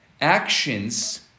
Actions